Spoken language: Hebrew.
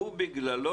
ולו רק בגללו,